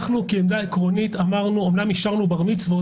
אנחנו כעמדה עקרונית אמרנו אמנם אישרנו בר מצוות